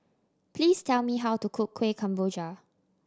please tell me how to cook Kuih Kemboja